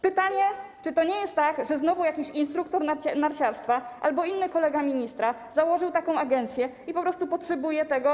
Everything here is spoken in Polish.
Pytanie, czy to nie jest tak, że znowu jakiś instruktor narciarstwa albo inny kolega ministra założył taką agencją i po prostu potrzebuje tego.